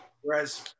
Whereas